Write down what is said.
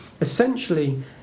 essentially